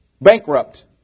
bankrupt